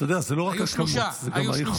אתה יודע, זו לא רק הכמות, זו גם האיכות.